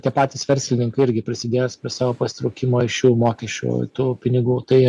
tie patys verslininkai irgi prisidės prie savo pasitraukimo iš šių mokesčių tų pinigų tai